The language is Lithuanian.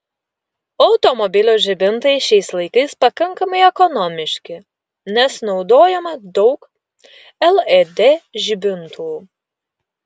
automobilio žibintai šiais laikais pakankamai ekonomiški nes naudojama daug led žibintų